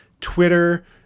Twitter